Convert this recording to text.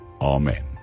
Amen